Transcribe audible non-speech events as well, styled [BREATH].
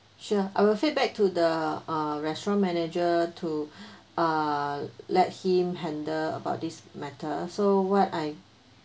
sure I will feedback to the uh restaurant manager to [BREATH] uh let him handle about this matter so what I